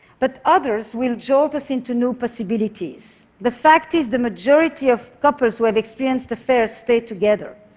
but others will jolt us into new possibilities. the fact is, the majority of couples who have experienced affairs stay together.